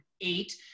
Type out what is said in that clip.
eight